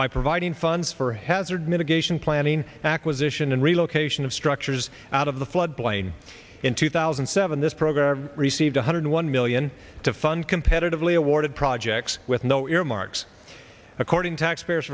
by providing funds for hazard mitigation planning acquisition and relocation of structures out of the flood plain in two thousand and seven this program received one hundred one million to fund competitively awarded projects with no earmarks according to taxpayers